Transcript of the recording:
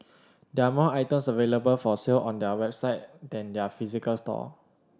there are more items available for sale on their website than their physical store